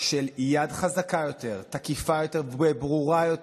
של יד חזקה יותר, תקיפה יותר וברורה יותר,